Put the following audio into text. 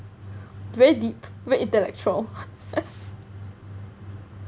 very deep very intellectual